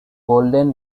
golden